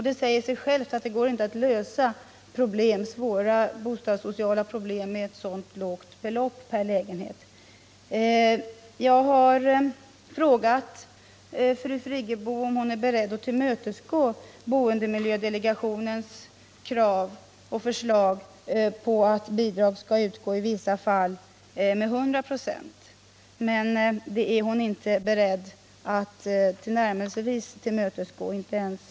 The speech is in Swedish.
Det säger sig självt att det inte går att lösa svåra bostadssociala problem med ett så lågt belopp per lägenhet. Jag har frågat fru Friggebo, om hon är beredd att tillmötesgå boendemiljödelegationens önskemål att bidrag i vissa fall skall utgå med 100 926, men hon är inte beredd att tillnärmelsevis tillmötesgå detta krav.